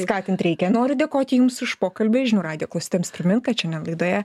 skatint reikia noriu dėkoti jums už pokalbį žinių radijo klausytojams primint kad šiandien laidoje